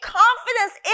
confidence